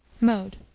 MODE